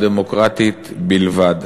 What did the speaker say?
או דמוקרטית בלבד.